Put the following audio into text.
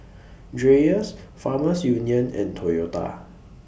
Dreyers Farmers Union and Toyota